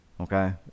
okay